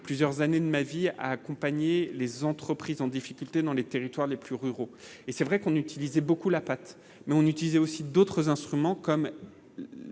plusieurs années de ma vie à accompagner les entreprises en difficulté dans les territoires les plus ruraux et c'est vrai qu'on utilisait beaucoup la pâte mais on utilisait aussi d'autres instruments, comme